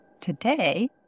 Today